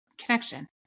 connection